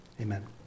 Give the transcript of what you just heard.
Amen